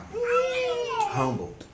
humbled